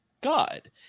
god